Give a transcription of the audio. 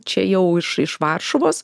čia jau iš iš varšuvos